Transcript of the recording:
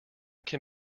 can